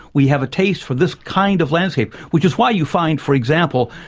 we have a taste for this kind of landscape. which is why you find for example,